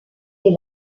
est